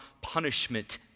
punishment